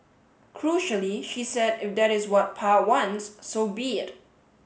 crucially she said if that is what pa wants so be it